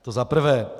To zaprvé.